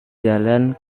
jalan